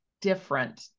different